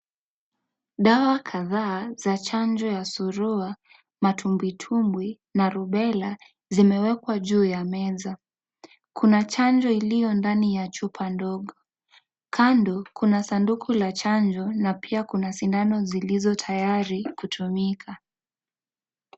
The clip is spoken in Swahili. Dawa kadhaa za chanjo ya surua, matumbwitumbwi na rubella zimewekwa juu ya meza. Kuna chanjo iliyo ndani ya chupa ndogo. Kando kuna sanduku la chanjo na pia kuna sindano zilizotayari kutumika.